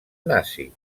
nazi